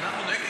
אנחנו נגד?